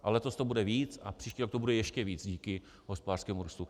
A letos to bude víc a příští rok to bude ještě víc díky hospodářskému růstu.